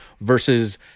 versus